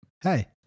hey